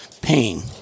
pain